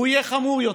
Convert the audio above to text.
הוא יהיה חמור יותר,